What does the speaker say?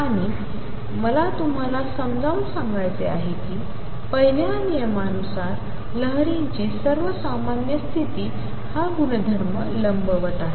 आणि मला तुम्हाला समजावून सांगायचे आहे कि पहिल्या नियमानुसार लहरींची सर्वसामान्य स्थिती हा गुणधर्म लंबवत आहे